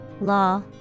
law